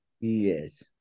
Yes